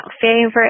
favorite